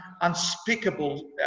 unspeakable